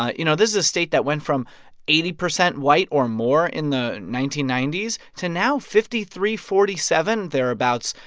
ah you know, this is a state that went from eighty percent white or more in the nineteen ninety s to now fifty three forty seven, thereabouts,